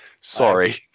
Sorry